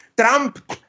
Trump